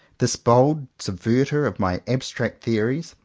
this bold subverter of my abstract theories,